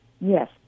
Yes